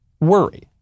worry